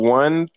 one